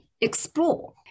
explore